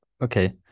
Okay